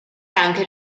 anche